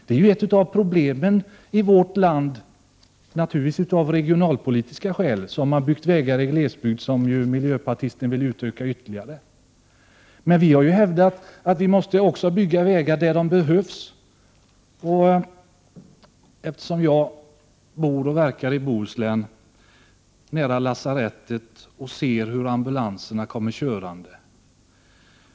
Av regionalpolitiska skäl har vägar naturligtvis byggts i glesbygd, och detta 83 vägbyggande vill nu miljöpartiet utöka ytterligare. Vi har också hävdat att det måste byggas vägar där de behövs. Jag bor och verkar i Bohuslän, nära ett lasarett, och jag ser hur ambulanserna kommer körande.